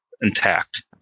intact